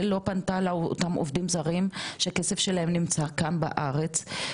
לא פנתה לאותם עובדים זרים שהכסף שלהם נמצא כאן בארץ,